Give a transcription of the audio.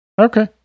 Okay